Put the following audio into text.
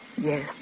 Yes